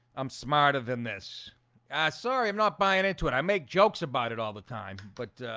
i'm smarter than this ah sorry, i'm not buying into it. i make jokes about it all the time, but